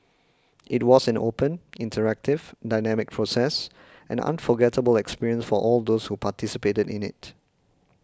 it was an open interactive dynamic process an unforgettable experience for all those who participated in it